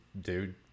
Dude